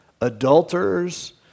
adulterers